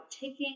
taking